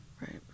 Right